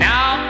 Now